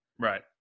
Right